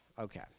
Okay